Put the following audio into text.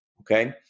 okay